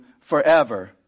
forever